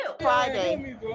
friday